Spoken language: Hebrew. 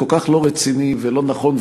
כל כך לא רציני ולא נכון,